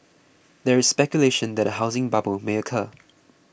there is speculation that a housing bubble may occur